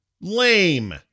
lame